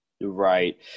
Right